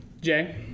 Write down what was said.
Jay